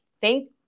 Thank